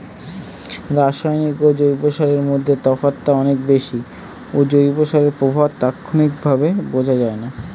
রাসায়নিক ও জৈব সারের মধ্যে তফাৎটা অনেক বেশি ও জৈব সারের প্রভাব তাৎক্ষণিকভাবে বোঝা যায়না